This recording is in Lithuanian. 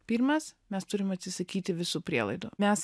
pirmas mes turim atsisakyti visų prielaidų mes